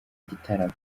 gitaramo